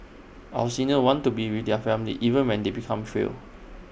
our seniors want to be with their family even when they become fail